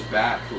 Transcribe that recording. back